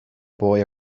boy